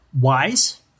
Wise